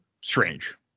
Strange